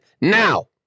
Now